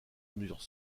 mesures